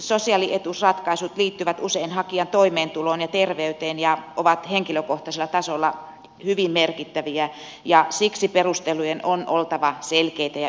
sosiaalietuusratkaisut liittyvät usein hakijan toimeentuloon ja terveyteen ja ovat henkilökohtaisella tasolla hyvin merkittäviä ja siksi perustelujen on oltava selkeitä ja ymmärrettäviä